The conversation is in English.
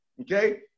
Okay